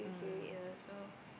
mm so